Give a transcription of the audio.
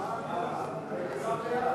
מה קרה?